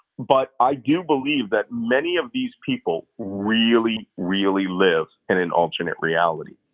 but i do believe that many of these people really, really live in an alternate reality.